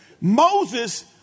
Moses